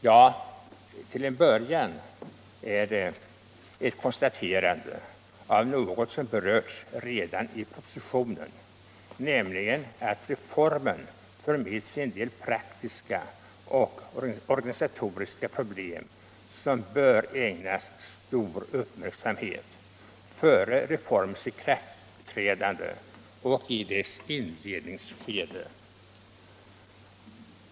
Ja, till en början är det ett konstaterande av något som berörts redan i propositionen, nämligen att reformen för med sig en del praktiska och organisatoriska problem som bör ägnas stor uppmärksamhet före reformens ikraftträdande och i dess inledningsskede.